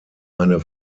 eine